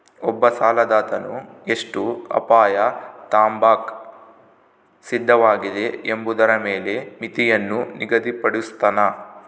ಒಬ್ಬ ಸಾಲದಾತನು ಎಷ್ಟು ಅಪಾಯ ತಾಂಬಾಕ ಸಿದ್ಧವಾಗಿದೆ ಎಂಬುದರ ಮೇಲೆ ಮಿತಿಯನ್ನು ನಿಗದಿಪಡುಸ್ತನ